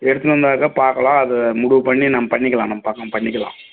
எடுத்துன்னு வந்தாக்கா பார்க்கலாம் அது முடிவு பண்ணி நம்ம பண்ணிக்கலாம் நம்ம பக்கம் பண்ணிக்கலாம்